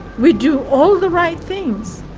we do all the right things